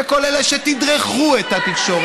וכל אלה שתדרכו את התקשורת,